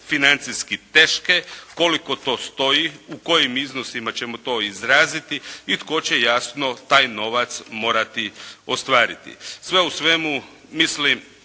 financijski teške, koliko to stoji, u kojim iznosima ćemo to izraziti i tko će jasno taj novac morati ostvariti. Sve u svemu, mislim